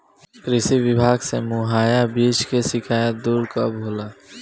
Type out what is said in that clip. कृषि विभाग से मुहैया बीज के शिकायत दुर कब होला?